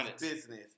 business